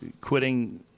quitting